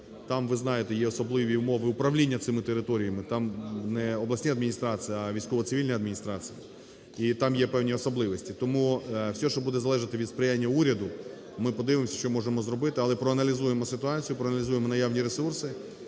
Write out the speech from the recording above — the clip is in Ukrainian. Там, ви знаєте, є особливі умови управління цими територіями, там не обласні адміністрації, а військово-цивільні адміністрації і там є певні особливості. Тому все, що буде залежати від сприяння уряду, ми подивимось, що можемо зробити. Але проаналізуємо ситуацію, проаналізуємо наявні ресурси